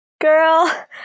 Girl